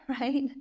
right